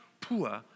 poor